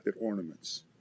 ornaments